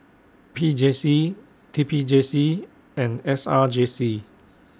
P J C T P J C and S R J C